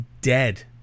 dead